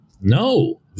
no